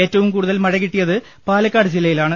ഏറ്റവും കൂടുതൽ മഴ കിട്ടിയത് പാലക്കാട് ജില്ലയിലാണ്